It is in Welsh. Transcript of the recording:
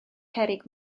cerrig